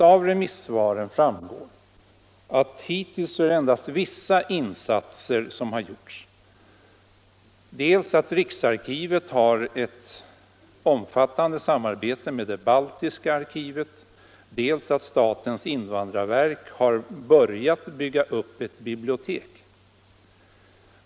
Av remisssvaren framgår att hittills endast vissa insatser har gjorts: dels har riksarkivet ett omfattande samarbete med det baltiska arkivet, dels har statens invandrarverk börjat bygga upp ett bibliotek.